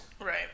Right